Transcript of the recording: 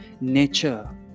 nature